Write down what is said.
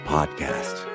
Podcast